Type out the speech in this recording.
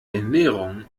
ernährung